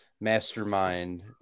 mastermind